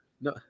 No